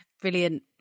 Brilliant